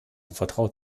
vertraut